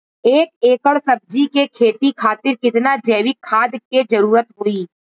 एक एकड़ सब्जी के खेती खातिर कितना जैविक खाद के जरूरत होई?